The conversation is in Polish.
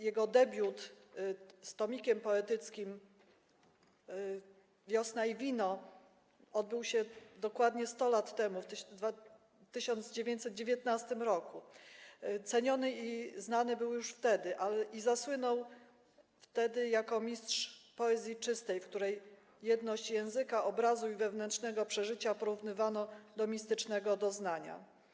Jego debiut tomikiem poetyckim „Wiosna i wino” odbył się dokładnie 100 lat temu, w 1919 r. Ceniony i znany był już wtedy, zasłynął wtedy jako mistrz poezji czystej, w której jedność języka, obrazu i wewnętrznego przeżycia porównywano do mistycznego doznania.